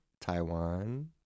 Taiwan